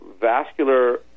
vascular